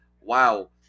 wow